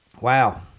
Wow